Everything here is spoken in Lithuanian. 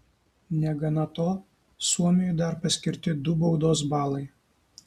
negana to suomiui dar paskirti du baudos balai